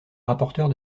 rapporteur